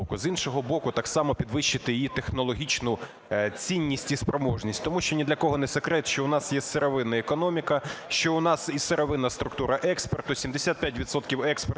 З іншого боку, так само підвищити її технологічну цінність і спроможність, тому що ні для кого не секрет, що в нас є сировинна економіка, що в нас є сировинна структура експорту, 75 відсотків